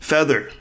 Feather